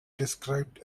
described